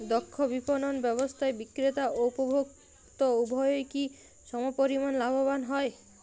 দক্ষ বিপণন ব্যবস্থায় বিক্রেতা ও উপভোক্ত উভয়ই কি সমপরিমাণ লাভবান হয়?